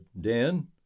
Dan